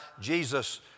Jesus